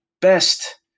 best